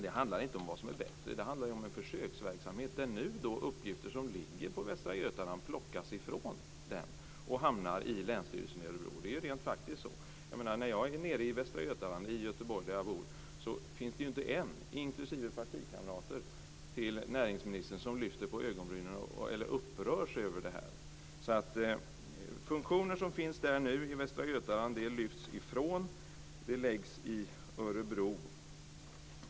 Det handlar inte om vad som skulle vara bättre, det handlar om en försöksverksamhet där uppgifter som nu ligger på Västra Götaland hamnar på Länsstyrelsen i Örebro. Det är faktiskt så. När jag befinner mig i Göteborg, i Västra Götaland, ser jag inte en enda, inklusive partikamrater till näringsministern, som upprörs över detta. Funktioner som finns i Västra Götaland lyfts bort och läggs i Örebro.